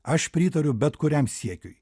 aš pritariu bet kuriam siekiui